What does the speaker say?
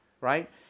right